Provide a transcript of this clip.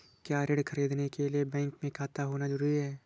क्या ऋण ख़रीदने के लिए बैंक में खाता होना जरूरी है?